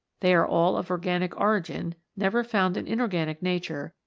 they are all of organic origin, never found in inorganic nature,